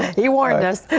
he warned us.